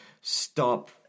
stop